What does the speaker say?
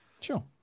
sure